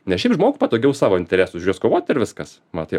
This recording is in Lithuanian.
nes šiaip žmogui patogiau savo interesus už juos kovoti ir viskas mat jau